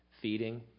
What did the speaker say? Feeding